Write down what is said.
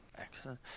excellent